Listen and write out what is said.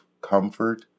comfort